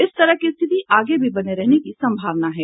इस तरह की स्थिति आगे भी बने रहने की सम्भावना है